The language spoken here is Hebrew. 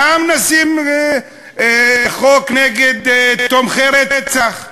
גם נשים חוק נגד תומכי רצח,